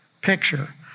picture